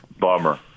bummer